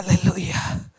Hallelujah